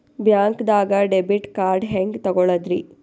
ಬ್ಯಾಂಕ್ದಾಗ debit card ಹೆಂಗ್ ತಗೊಳದ್ರಿ?